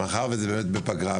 מאחר וזה באמת בפגרה,